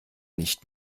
nicht